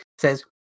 says